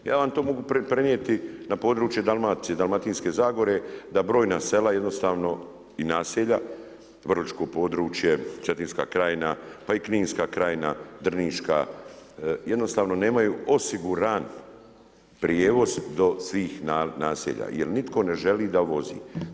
Ja vam to mogu prenijeti na područje Dalmacije, dalmatinske zagore, da brojna sela jednostavno i naselja, … područje, Cetinska krajina pa i Kninska krajina, Drniška, jednostavno nemaju osiguran prijevoz do svih naselja jer nitko ne želi da vozi.